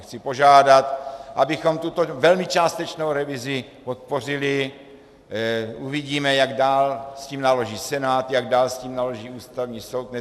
Chci požádat, abychom tuto velmi částečnou revizi podpořili, uvidíme, jak dál s tím naloží Senát, jak dál s tím naloží Ústavní soud.